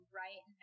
right